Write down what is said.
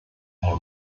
eine